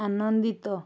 ଆନନ୍ଦିତ